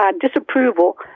disapproval